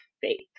faith